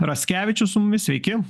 raskevičius su mumis sveiki